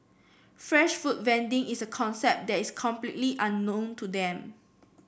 fresh food vending is a concept that is completely unknown to them